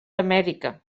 amèrica